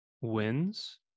wins